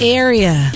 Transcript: area